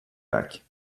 back